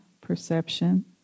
perception